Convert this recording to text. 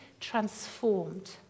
transformed